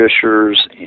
fishers